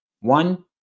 one